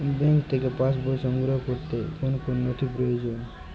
Bank থেকে pass বই সংগ্রহ করতে কোন কোন নথি প্রয়োজন?